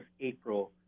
April